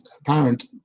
apparent